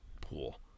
pool